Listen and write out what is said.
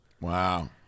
Wow